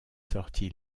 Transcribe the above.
sorti